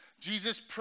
Jesus